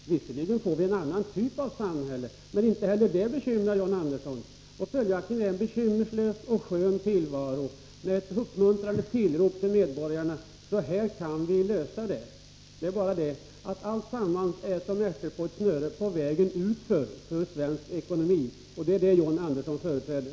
Visserligen får vi då en annan typ av samhälle, men inte heller det bekymrar John Andersson. Därför får han en bekymmerslös och skön tillvaro, där han kan komma med uppmuntrande tillrop till medborgarna att så här kan vi lösa problemen. Men alltsammans löper som ärtor på ett snöre och det går utför med svensk ekonomi. Det är detta John Andersson företräder.